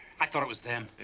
i thought it was them.